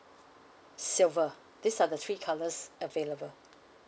silver these are the three colours available